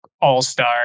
all-star